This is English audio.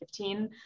2015